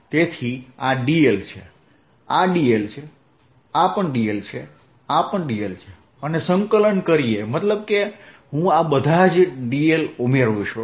તેથી આ dl છે આ dl છે આ dl છે આ dl છે અને સંકલન કરીએ મતલબ કે હું આ બધા dl ઉમેરું છું